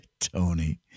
Tony